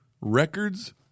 records